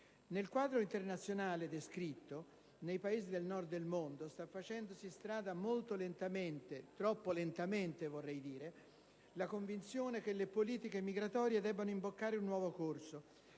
Nel quadro internazionale sinteticamente descritto, nei Paesi del Nord del mondo sta facendosi strada molto lentamente - troppo lentamente vorrei dire - la convinzione che le politiche migratorie debbano imboccare un nuovo corso,